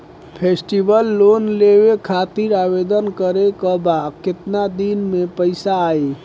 Festival loan लेवे खातिर आवेदन करे क बाद केतना दिन म पइसा आई?